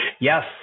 Yes